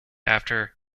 after